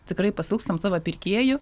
tikrai pasiilgstam savo pirkėjų